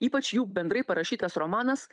ypač jų bendrai parašytas romanas